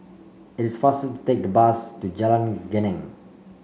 it is faster to take the bus to Jalan Geneng